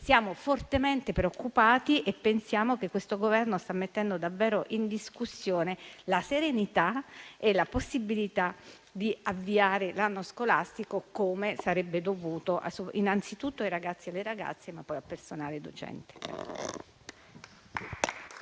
quindi fortemente preoccupati e pensiamo che questo Governo stia mettendo davvero in discussione la serenità e la possibilità di avviare l'anno scolastico, come sarebbe dovuto innanzitutto ai ragazzi e alle ragazze, ma anche al personale docente.